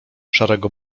szarego